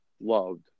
loved